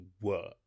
work